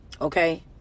Okay